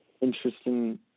interesting